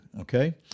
okay